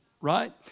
Right